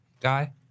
guy